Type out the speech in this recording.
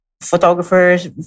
photographers